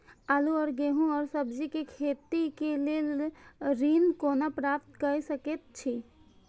आलू और गेहूं और सब्जी के खेती के लेल ऋण कोना प्राप्त कय सकेत छी?